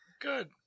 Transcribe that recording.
Good